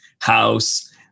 house